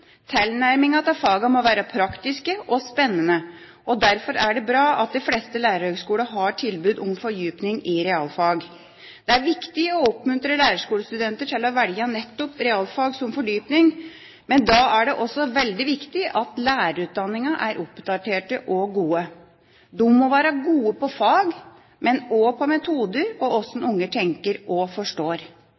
til fagene må være praktisk og spennende. Derfor er det bra at de fleste lærerhøgskolene har tilbud om fordypning i realfag. Det er viktig å oppmuntre lærerskolestudenter til å velge nettopp realfag som fordypning, men da er det også veldig viktig at lærerutdanningene er oppdaterte og gode. De må være gode på fag, men også på metoder og hvordan unger tenker og forstår.